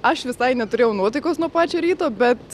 aš visai neturėjau nuotaikos nuo pačio ryto bet